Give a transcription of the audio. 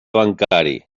bancari